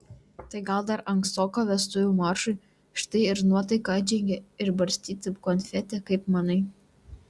tai gal dar ankstoka vestuvių maršui štai ir nuotaka atžengia ir barstyti konfeti kaip manai